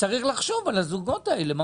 זה לחשוב מה עושים עם הזוגות האלה.